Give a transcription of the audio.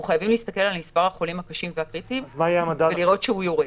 אנחנו חייבים להסתכל על מספר החולים הקשים והקריטיים ולראות שהוא יורד.